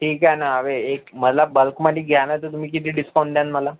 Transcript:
ठीक आहे ना अवे एक मला बल्कमध्ये घ्याना तर तुम्ही किती डिस्काउंट द्यान मला